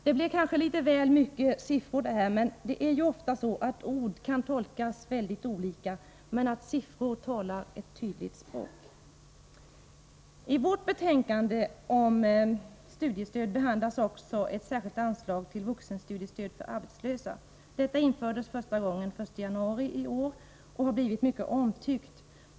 Det blev kanske litet väl många siffror, men det är ju ofta så att ord kan tolkas mycket olika, men att siffror talar ett tydligt språk. I vårt betänkande om studiestöd behandlas också ett särskilt anslag till vuxenstudiestöd för arbetslösa. Detta infördes första gången den 1 januari i år och har blivit mycket omtyckt.